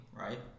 right